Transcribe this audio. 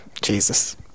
Jesus